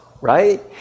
Right